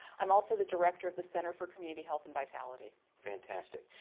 i'm also the director of the center for community health and vitality. fantastic.